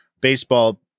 baseball